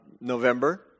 November